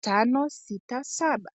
tano sita saba.